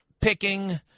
picking